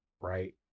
right